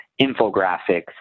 infographics